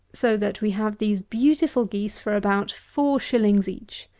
so that we have these beautiful geese for about four shillings each.